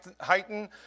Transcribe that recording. heighten